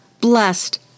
Blessed